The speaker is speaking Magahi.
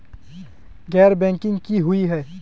गैर बैंकिंग की हुई है?